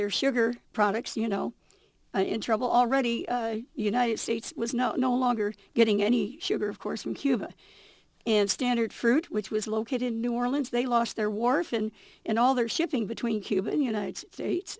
their sugar products you know in trouble already united states was no no longer getting any sugar of course from cuba and standard fruit which was located in new orleans they lost their wharf and and all their shipping between cuba and united states